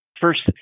First